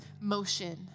motion